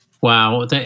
Wow